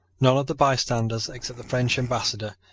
none of the bystanders, except the french ambassador,